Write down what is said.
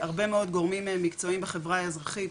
הרבה מאוד גורמים מקצועיים בחברה האזרחית,